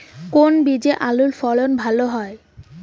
কোন বীজে আলুর ফলন ভালো হয়?